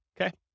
Okay